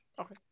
Okay